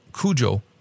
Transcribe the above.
Cujo